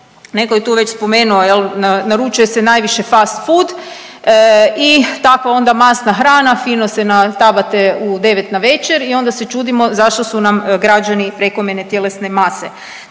netko je tu već spomenuo naručuje se najviše fast food i takva onda masna hrana fino se natabate u devet navečer i onda se čudimo zašto su nam građani prekomjerne tjelesne mase.